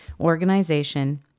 organization